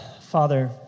Father